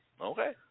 Okay